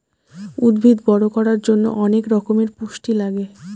উদ্ভিদ বড়ো করার জন্য অনেক রকমের পুষ্টি লাগে